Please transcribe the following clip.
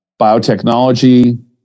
biotechnology